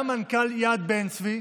גם מנכ"ל יד בן-צבי